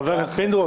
חבר הכנסת פינדרוס,